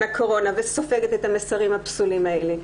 הקורונה - וסופגת את המסרים הפסולים האלה.